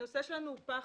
הנושא שלנו הוא פחד.